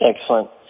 Excellent